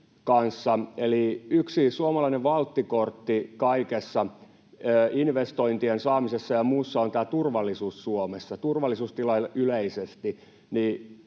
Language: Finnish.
yksi suomalainen valttikortti kaikessa investointien saamisessa ja muussa on turvallisuus Suomessa, turvallisuustilanne yleisesti.